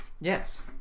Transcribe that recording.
Yes